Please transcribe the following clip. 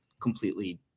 completely